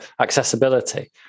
accessibility